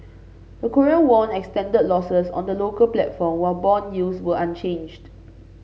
the Korean won extended losses on the local platform while bond yields were unchanged